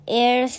air